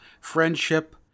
friendship